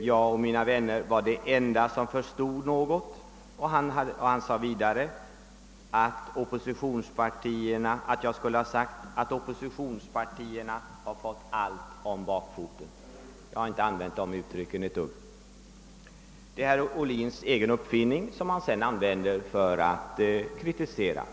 jag och mina vänner var de enda som förstår något. Han påstod vidare att jag skulle ha sagt att oppositionspartierna har fått allt om bakfoten. Jag har inte alls använt dessa uttryck — det är herr Ohlins egen uppfinning, som han använder för att kritisera.